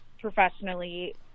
professionally